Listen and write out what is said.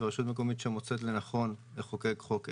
ורשות מקומית שמוצאת לנכון לחוקק חוק עזר,